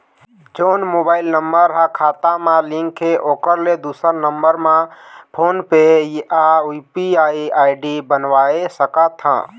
जोन mobile number हा खाता मा लिन्क हे ओकर ले दुसर नंबर मा फोन पे या यू.पी.आई आई.डी बनवाए सका थे?